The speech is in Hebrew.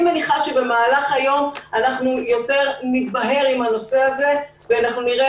אני מניחה שבמהלך היום הנושא הזה יתבהר יותר ואנחנו נראה